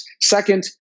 Second